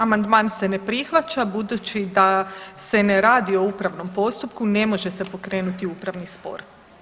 Amandman se ne prihvaća budući da se ne radi o upravnom postupku ne može se pokrenuti upravni spor.